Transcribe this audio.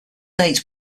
dates